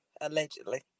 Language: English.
Allegedly